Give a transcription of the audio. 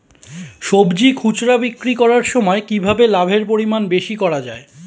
সবজি খুচরা বিক্রি করার সময় কিভাবে লাভের পরিমাণ বেশি করা যায়?